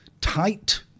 tight